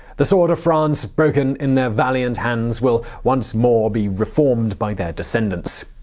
the sword of france, broken in their valiant hands, will once more be reformed by their descendants.